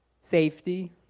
Safety